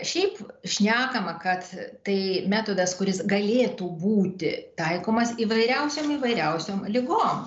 šiaip šnekama kad tai metodas kuris galėtų būti taikomas įvairiausiom įvairiausiom ligom